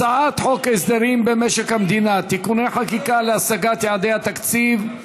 הצעת חוק הסדרים במשק המדינה (תיקוני חקיקה להשגת יעדי התקציב)